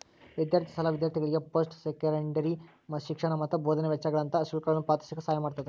ವಿದ್ಯಾರ್ಥಿ ಸಾಲ ವಿದ್ಯಾರ್ಥಿಗೆ ಪೋಸ್ಟ್ ಸೆಕೆಂಡರಿ ಶಿಕ್ಷಣ ಮತ್ತ ಬೋಧನೆ ವೆಚ್ಚಗಳಂತ ಶುಲ್ಕಗಳನ್ನ ಪಾವತಿಸಕ ಸಹಾಯ ಮಾಡ್ತದ